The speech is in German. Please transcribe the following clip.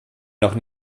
noch